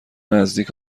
نزدیک